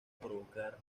provocar